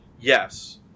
Yes